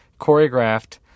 choreographed